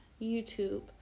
YouTube